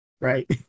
Right